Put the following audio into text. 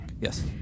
yes